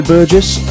Burgess